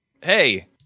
hey